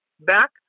back